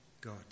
God